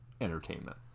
entertainment